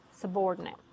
subordinate